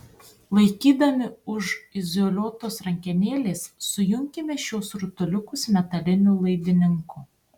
laikydami už izoliuotos rankenėlės sujunkime šiuos rutuliukus metaliniu laidininku